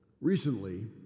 Recently